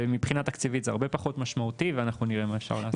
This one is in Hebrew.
זה מבחינה תקציבית זה הרבה פחות משמעותי ואנחנו ניראה מה אפשר לעשות.